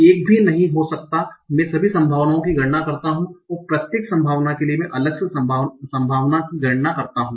एक भी नहीं हो सकता है मैं सभी संभावनाओं की गणना करता हूं और प्रत्येक संभावना के लिए मैं अलग से संभावना की गणना करता हूं